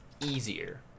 easier